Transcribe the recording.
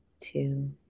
two